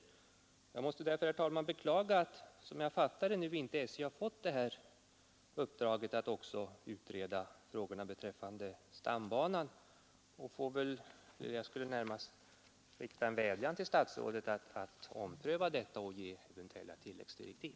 Därför måste jag, herr talman, beklaga att, som jag fattat, SJ nu inte har fått det här uppdraget att också utreda frågorna beträffande stambanan. Jag skulle vilja rikta en vädjan till statsrådet att ompröva detta och ge eventuella tilläggsdirektiv.